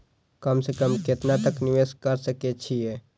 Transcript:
कम से कम केतना तक निवेश कर सके छी ए?